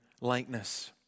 likeness